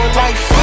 life